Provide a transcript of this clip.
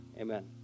amen